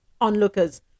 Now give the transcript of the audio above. Onlookers